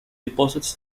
deposits